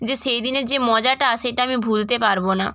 যে সেই দিনের যে মজাটা সেটা আমি ভুলতে পারব না